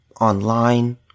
online